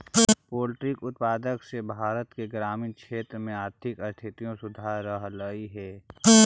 poultry उत्पाद से भारत के ग्रामीण क्षेत्र में आर्थिक स्थिति सुधर रहलई हे